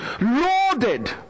Loaded